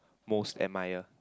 most admire